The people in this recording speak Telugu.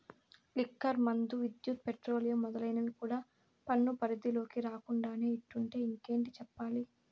లిక్కర్ మందు, విద్యుత్, పెట్రోలియం మొదలైనవి కూడా పన్ను పరిధిలోకి రాకుండానే ఇట్టుంటే ఇంకేటి చెప్పాలి